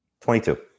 22